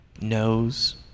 knows